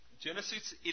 Genesis